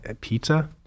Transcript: pizza